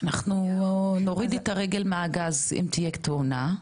אנחנו נוריד את הרגל מהגז רק אם תהיה תאונה,